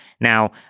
Now